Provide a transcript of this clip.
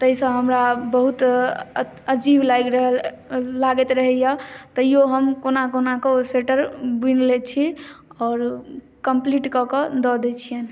ताहिसँ हमरा बहुत अजीब लागि रहल लागैत रहैया तैयो हम कोना कोना कऽ ओ स्वेटर बुनि लै छी आओर कम्पलीट कऽ कऽ दय दै छियैन